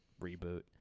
reboot